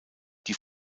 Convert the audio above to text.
die